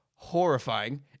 Horrifying